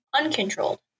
uncontrolled